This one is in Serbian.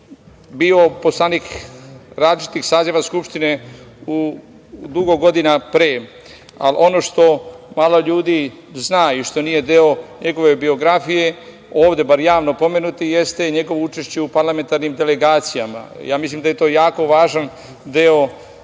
bio poslanik različitih saziva Skupštine dugo godina pre, ali ono što malo ljudi zna i što nije deo njegove biografije, ovde bar javno pomenuti, jeste njegovo učešće u parlamentarnim delegacijama. Ja mislim da je to jako važan deo